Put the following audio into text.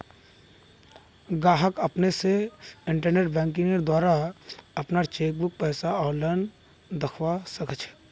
गाहक अपने स इंटरनेट बैंकिंगेंर द्वारा अपनार चेकबुकेर पैसा आनलाईन दखवा सखछे